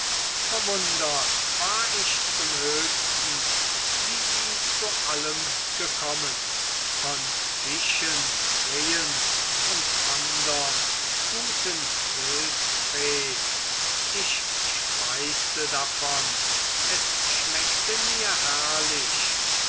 verwundert war ich zum höchsten wie sie zu allem gekommen von fischen rehen und anderm guten wildbret ich speiste davon es schmeckte mir herrlich